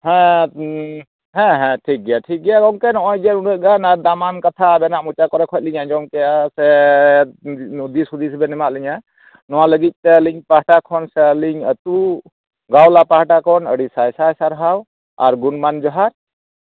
ᱦᱮᱸ ᱦᱮᱸ ᱦᱮᱸ ᱴᱷᱤᱠᱜᱮᱭᱟ ᱴᱷᱤᱠ ᱜᱮᱭᱟ ᱜᱚᱝᱠᱮ ᱱᱚᱜᱼᱚᱭ ᱡᱮ ᱱᱩᱱᱟᱹᱜ ᱜᱟᱱ ᱫᱟᱢᱟᱱ ᱠᱟᱛᱷᱟ ᱟᱵᱮᱱᱟᱜ ᱢᱚᱪᱟ ᱠᱚᱨᱮ ᱠᱷᱚᱱᱟᱜ ᱞᱤᱧ ᱟᱸᱡᱚᱢ ᱠᱮᱫᱟ ᱫᱤᱥ ᱦᱩᱫᱤᱥ ᱵᱮᱱ ᱮᱢᱟᱫ ᱞᱤᱧᱟᱹ ᱱᱚᱣᱟ ᱞᱟᱹᱜᱤᱫᱛᱮ ᱟᱹᱞᱤᱧ ᱯᱟᱦᱴᱟ ᱠᱷᱚᱱ ᱥᱮ ᱟᱹᱞᱤᱧ ᱟᱹᱛᱩ ᱜᱟᱶᱞᱟ ᱯᱟᱦᱴᱟ ᱠᱷᱚᱱ ᱟᱹᱰᱤ ᱥᱟᱭ ᱥᱟᱭ ᱥᱟᱨᱦᱟᱣ ᱟᱨ ᱜᱩᱱᱢᱟᱱ ᱡᱚᱦᱟᱨ